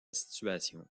situation